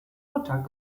mutter